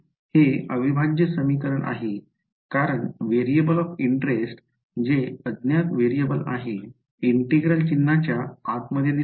हे अविभाज्य समीकरण आहे कारण व्हेरिएबल ऑफ इंटरेस्ट जे अज्ञात व्हेरिएबल आहे इंटिग्रल चिन्हाच्या आत मध्ये दिसत आहे